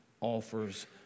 offers